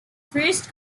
first